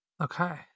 Okay